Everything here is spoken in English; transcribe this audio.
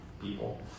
people